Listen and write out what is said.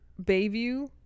Bayview